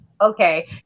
okay